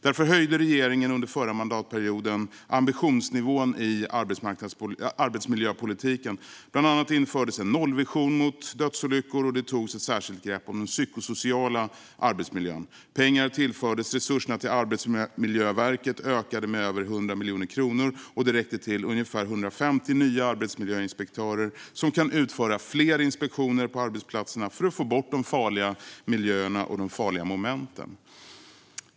Därför höjde regeringen under förra mandatperioden ambitionsnivån i arbetsmiljöpolitiken. Bland annat infördes en nollvision mot dödsolyckor, och det togs ett särskilt grepp om den psykosociala arbetsmiljön. Pengar tillfördes, och resurserna till Arbetsmiljöverket ökade med över 100 miljoner kronor. Det räckte till ungefär 150 nya arbetsmiljöinspektörer som kan utföra fler inspektioner på arbetsplatserna för att få bort de farliga miljöerna och de farliga momenten.